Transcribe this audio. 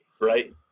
Right